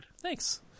Thanks